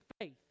faith